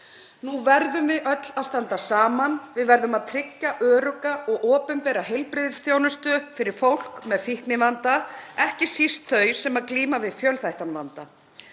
Nú verðum við öll að standa saman. Við verðum að tryggja örugga og opinbera heilbrigðisþjónustu fyrir fólk með fíknivanda, ekki síst þau sem glíma við fjölþættan vanda.